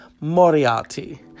Moriarty